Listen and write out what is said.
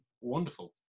wonderful